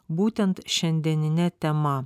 būtent šiandienine tema